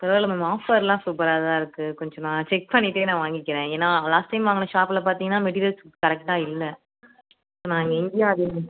பரவாயில்ல மேம் ஆஃபர்லாம் சூப்பராக தான் இருக்குது கொஞ்சம் நான் செக் பண்ணிகிட்டே நான் வாங்கிக்கிறேன் ஏன்னா லாஸ்ட் டைம் வாங்குன ஷாப்பில் பார்த்தீங்கன்னா மெடீரியல்ஸ் கரெக்டாக இல்லை நாங்கள் இங்கேயும் அதேமாதிரி